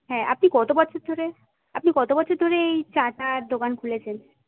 হ্যাঁ আপনি কত বছর ধরে আপনি কত বছর ধরে এই চাটার দোকান খুলেছেন